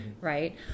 Right